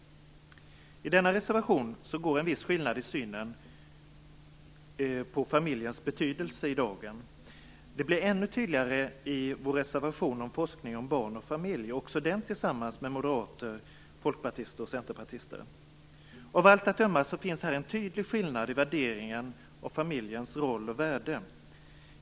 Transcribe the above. I denna reservation går en viss skillnad i synen på familjens betydelse i dagen. Det blir ännu tydligare i vår reservation om forskning kring barn och familj - också denna tillsammans med moderater, folkpartister och centerpartister. Av allt att döma finns här en tydlig skillnad i värderingen av familjens roll och värde.